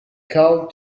called